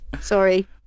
Sorry